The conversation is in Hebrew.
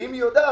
ואם היא יודעת,